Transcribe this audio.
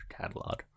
catalog